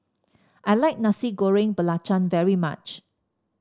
I like Nasi Goreng Belacan very much